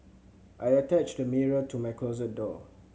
I attached a mirror to my closet door